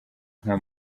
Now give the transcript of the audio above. nka